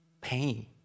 pain